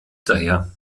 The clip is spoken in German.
daher